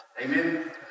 Amen